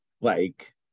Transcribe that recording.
like-